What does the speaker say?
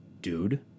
dude